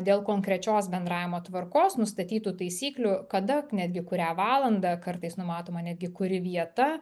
dėl konkrečios bendravimo tvarkos nustatytų taisyklių kada netgi kurią valandą kartais numatoma netgi kuri vieta